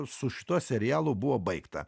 su šituo serialu buvo baigta